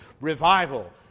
Revival